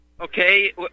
Okay